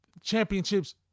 championships